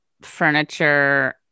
furniture